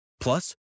Plus